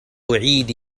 عيد